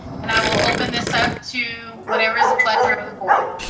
and i will open this up to whatever is the pleasure of the board.